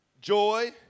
joy